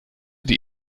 die